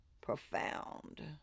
profound